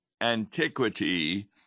antiquity